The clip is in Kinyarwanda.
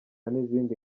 n’izindi